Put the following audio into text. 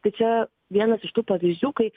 tai čia vienas iš tų pavyzdžių kaip